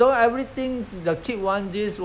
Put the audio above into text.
think that later part they will try to think that eh